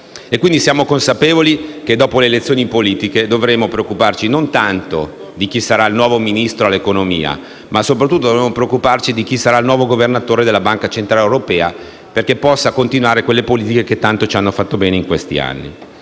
Quindi, siamo consapevoli che dopo le elezioni politiche, dovremo preoccuparci non tanto di chi sarà il nuovo Ministro dell'economia, ma di chi sarà il nuovo Governatore della Banca centrale europea perché possa proseguire quelle politiche che tanto ci hanno fatto bene in questi anni.